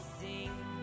sing